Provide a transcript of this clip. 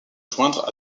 joindre